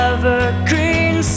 Evergreen